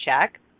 check